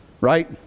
Right